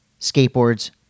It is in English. skateboards